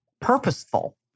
purposeful